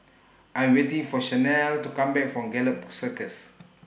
I'm waiting For Shanell to Come Back from Gallop Circus